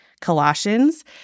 Colossians